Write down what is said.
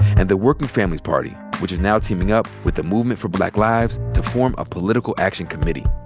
and the working families party which is now teaming up with the movement for black lives to form a political action committee.